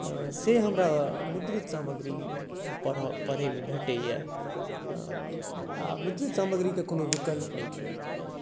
से हमरा मुद्रित सामग्री पढ़ऽमे भेटैया आ मुद्रित सामग्रीके कोनो विकल्प नहि छै